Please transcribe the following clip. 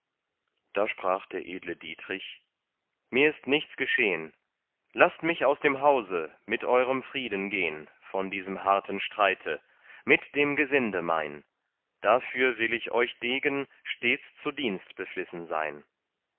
da sprach der edle dietrich mir ist nichts geschehn laßt mich aus dem hause mit eurem frieden gehn von diesem harten streite mit dem gesinde mein dafür will ich euch degen stets zu dienst beflissen sein